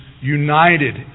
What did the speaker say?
united